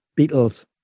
Beatles